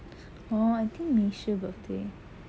orh I think ming shi birthday